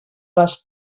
les